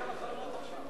נתקבלה.